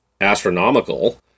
astronomical